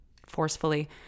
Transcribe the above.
forcefully